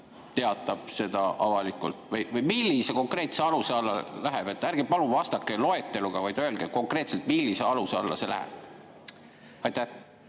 teatab seda avalikult? Või millise konkreetse aluse alla see läheb? Ärge palun vastake loeteluga, vaid öelge konkreetselt, millise aluse alla see läheb. Aitäh,